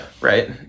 right